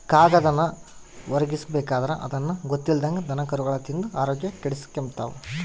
ಕಾಗದಾನ ಹೊರುಗ್ಬಿಸಾಕಿದ್ರ ಅದುನ್ನ ಗೊತ್ತಿಲ್ದಂಗ ದನಕರುಗುಳು ತಿಂದು ಆರೋಗ್ಯ ಕೆಡಿಸೆಂಬ್ತವ